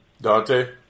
Dante